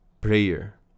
prayer